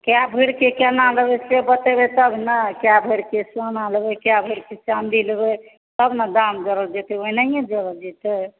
कए भरीके केना लेबै से बतेबै तब ने कए भरीके सोना लेबै कए भरीके चाँदी लेबै तब ने दाम जोड़ल जेतै एनाहिए जोड़ल जेतै